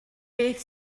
beth